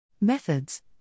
Methods